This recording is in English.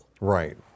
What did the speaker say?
Right